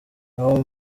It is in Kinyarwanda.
naho